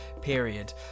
period